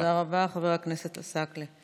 תודה רבה, חבר הכנסת עסאקלה.